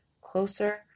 closer